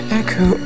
echo